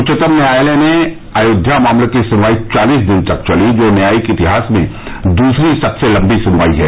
उच्चतम न्यायालय में अयोध्या मामले की सुनवाई चालीस दिन चली जो न्यायिक इतिहास में दूसरी सबसे लंबी सुनवाई है